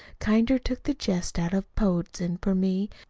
kinder took the jest out of poetizin' for me.